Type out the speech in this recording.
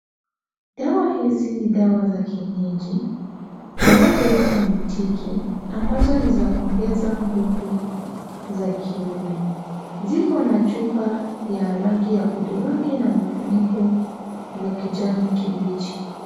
Dawa hizi ni dawa ya kienyeji zinazoitwa mtiki ambazo ni za kuonyesha nguvu za kiume ziko na chupa ya rangi ya udhurungi na vifuniko vya kijani kibichi.